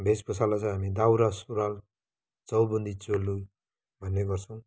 वेशभूषालाई चाहिँ हामी दौरा सुरुवल चौबन्दी चोलो भन्ने गर्छौँ